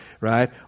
right